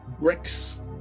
bricks